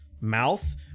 mouth